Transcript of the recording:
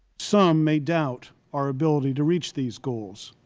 some may doubt our ability to reach these goals.